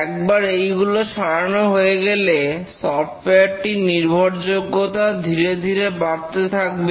একবার এইগুলো সারানো হয়ে গেলে সফটওয়্যারটির নির্ভরযোগ্যতা ধীরে ধীরে বাড়তে থাকবে